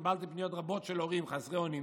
קיבלנו פניות רבות של הורים חסרי אונים